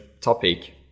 topic